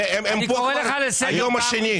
הם פה כבר היום השני.